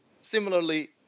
Similarly